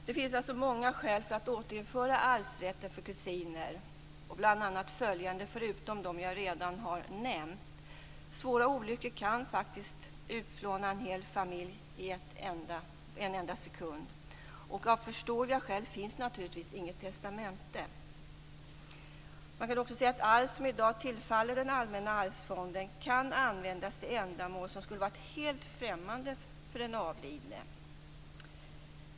Det finns alltså många skäl för att återinföra arvsrätt för kusiner. Förutom dem jag redan har nämnt kan faktiskt svåra olyckor utplåna en hel familj på en enda sekund. Av förståeliga skäl finns inget testamente. Man kan också säga att arv som i dag tillfaller Allmänna arvsfonden kan användas till ändamål som skulle ha varit helt främmande för den avlidne.